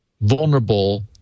vulnerable